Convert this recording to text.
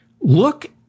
Look